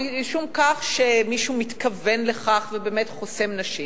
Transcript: משום שמישהו מתכוון לכך ובאמת חוסם נשים,